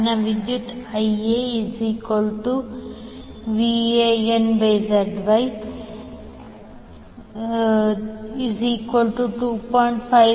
ಸಾಲಿನ ವಿದ್ಯುತ್ IaVanZY121